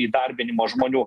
įdarbinimo žmonių